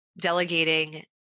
Delegating